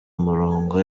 umurongo